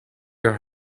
your